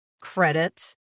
credit